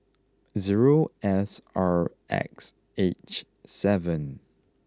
zero S R X H seven